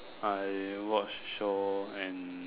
I watch show and